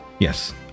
Yes